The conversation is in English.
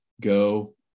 go